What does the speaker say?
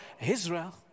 Israel